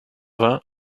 vingt